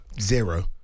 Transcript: zero